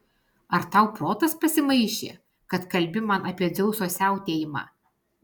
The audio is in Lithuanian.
ar tau protas pasimaišė kad kalbi man apie dzeuso siautėjimą